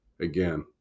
Again